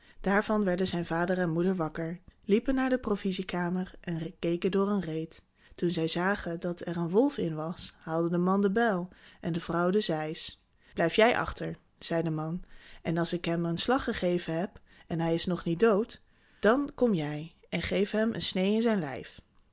daarvan werden zijn vader en moeder wakker liepen naar de provisiekamer en keken door een reet toen zij zagen dat er een wolf in was haalde de man de bijl en de vrouw de zeis blijf jij achter zei de man en als ik hem een slag gegeven heb en hij is nog niet dood dan kom jij en geeft hem een sneê in zijn lijf